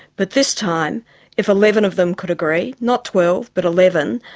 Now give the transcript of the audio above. but this time if eleven of them could agree, not twelve but eleven,